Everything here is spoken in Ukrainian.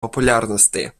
популярності